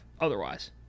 otherwise